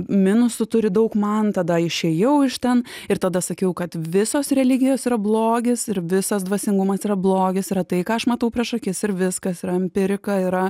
minusų turi daug man tada išėjau iš ten ir tada sakiau kad visos religijos yra blogis ir visas dvasingumas yra blogis yra tai ką aš matau prieš akis ir viskas yra empirika yra